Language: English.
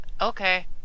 Okay